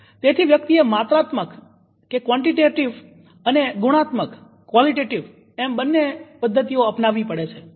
તેથી વ્યક્તિએ માત્રાત્મક અને ગુણાત્મક - એમ બન્ને પદ્ધતિઓ અપનાવવી પડે છે